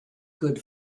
good